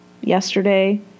Yesterday